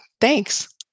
Thanks